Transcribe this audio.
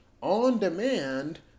on-demand